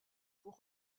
pour